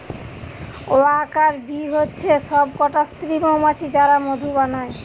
worker bee হচ্ছে সব কটা স্ত্রী মৌমাছি যারা মধু বানায়